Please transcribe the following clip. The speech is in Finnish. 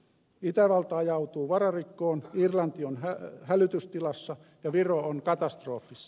itävalta ajautuu vararikkoon irlanti on hälytystilassa ja viro on katastrofissa